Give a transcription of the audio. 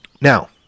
Now